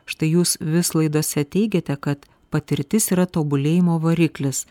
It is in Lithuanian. štai jūs vis laidose teigiate kad patirtis yra tobulėjimo variklis